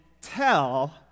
tell